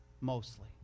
mostly